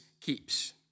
keeps